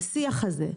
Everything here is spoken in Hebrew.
השיח הזה,